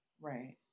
right